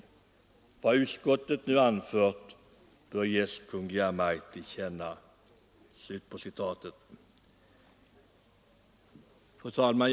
Vad utskottet nu anfört bör ges Kungl. Maj:t till känna.” Fru talman!